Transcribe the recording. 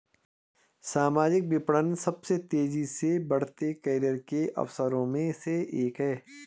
सामाजिक विपणन सबसे तेजी से बढ़ते करियर के अवसरों में से एक है